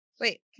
Wait